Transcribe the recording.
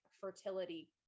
fertility